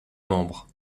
membres